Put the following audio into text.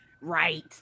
Right